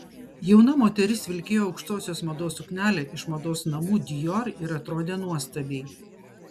jauna moteris vilkėjo aukštosios mados suknelę iš mados namų dior ir atrodė nuostabiai